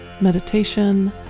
meditation